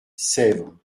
sèvres